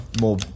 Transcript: more